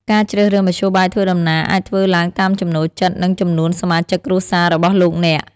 ការជ្រើសរើសមធ្យោបាយធ្វើដំណើរអាចធ្វើឡើងតាមចំណូលចិត្តនិងចំនួនសមាជិកគ្រួសាររបស់លោកអ្នក។